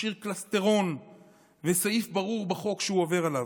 משאיר קלסתרון ויש סעיף ברור בחוק שהוא עובר עליו.